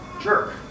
jerk